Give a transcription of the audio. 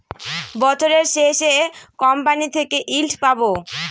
বছরের শেষে কোম্পানি থেকে ইল্ড পাবো